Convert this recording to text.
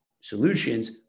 solutions